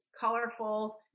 colorful